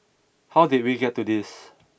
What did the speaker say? how did we get to this